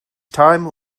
time